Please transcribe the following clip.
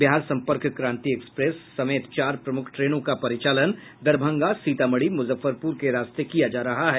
Bihar Sampark Kranti express समेत चार प्रमुख ट्रेनों का परिचालन दरभंगा सीतामढ़ी मुजफ्फरपुर के रास्ते किया जा रहा है